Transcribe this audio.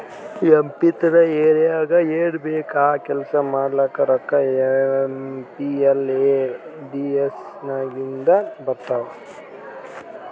M P ತನ್ ಏರಿಯಾಗ್ ಏನ್ ಬೇಕ್ ಆ ಕೆಲ್ಸಾ ಮಾಡ್ಲಾಕ ರೋಕ್ಕಾ ಏಮ್.ಪಿ.ಎಲ್.ಎ.ಡಿ.ಎಸ್ ನಾಗಿಂದೆ ಬರ್ತಾವ್